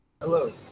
Hello